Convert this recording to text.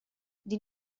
did